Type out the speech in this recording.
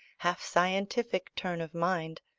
half scientific turn of mind,